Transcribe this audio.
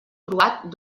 croat